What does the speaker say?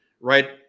right